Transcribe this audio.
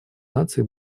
наций